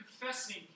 confessing